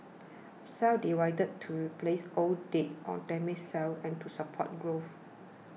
cells divide to replace old dead or damaged cells and to support growth